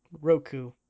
Roku